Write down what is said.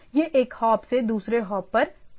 यह एक हॉप से दूसरे हॉप पर जाता है